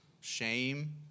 shame